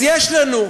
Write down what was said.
אז יש לנו,